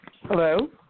hello